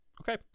Okay